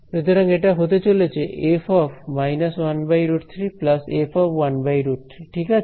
সুতরাং এটা হতে চলেছে f − 1√3 f 1√3 ঠিক আছে